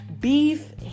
beef